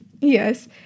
Yes